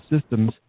systems